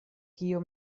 kio